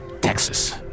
Texas